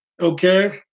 Okay